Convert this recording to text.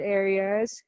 areas